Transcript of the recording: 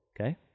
okay